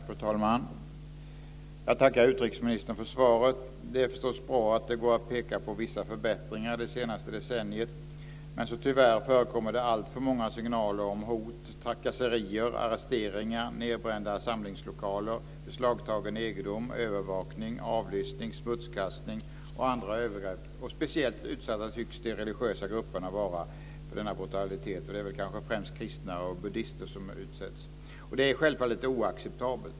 Fru talman! Jag tackar utrikesministern för svaret. Det är förstås bra att det går att peka på vissa förbättringar under det senaste decenniet, men det förekommer tyvärr alltför många signaler om hot, trakasserier, arresteringar, nedbrända samlingslokaler, beslagtagen egendom, övervakning, avlyssning, smutskastning och andra övergrepp. Speciellt utsatta för denna brutalitet tycks de religiösa grupperna vara. Det är kanske främst kristna och buddister som utsätts. Det är självfallet oacceptabelt.